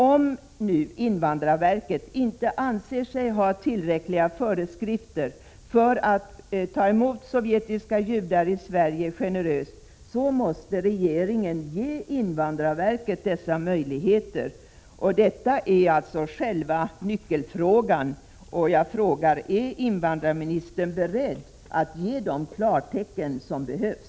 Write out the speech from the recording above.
Om nu invandrarverket inte anser sig ha tillräckliga föreskrifter för att ta emot sovjetiska judar i Sverige generöst, måste regeringen ge invandrarverket sådana möjligheter. Detta är alltså själva nyckelfrågan. Är invandrarministern beredd att ge de klartecken som behövs?